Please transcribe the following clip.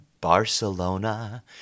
Barcelona